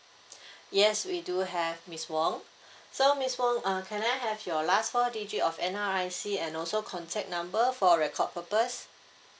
yes we do have miss wong so miss wong uh can I have your last four digit of N_R_I_C and also contact number for record purpose